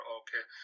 okay